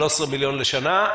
13 מיליון שקל לשנה,